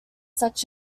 such